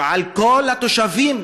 וגם כל התושבים,